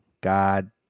God